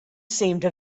seemed